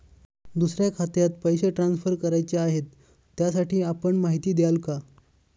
दुसऱ्या खात्यात पैसे ट्रान्सफर करायचे आहेत, त्यासाठी आपण माहिती द्याल का?